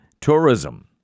tourism